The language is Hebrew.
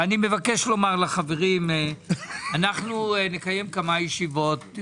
אנו נקיים כמה ישיבות.